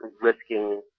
risking